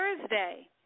Thursday